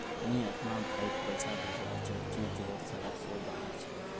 मुई अपना भाईक पैसा भेजवा चहची जहें शहर से बहार छे